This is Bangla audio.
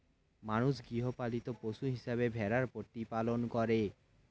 মানুষ গৃহপালিত পশু হিসেবে ভেড়ার প্রতিপালন করে